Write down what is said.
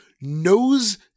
knows